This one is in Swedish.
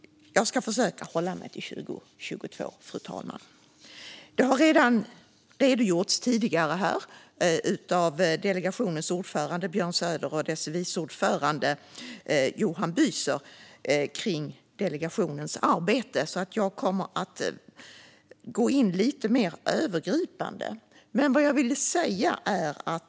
Jag ska försöka hålla mig till 2022, fru talman. Delegationens ordförande Björn Söder och dess vice ordförande Johan Büser har redan redogjort för delegationens arbete. Jag kommer att gå in på det lite mer övergripande.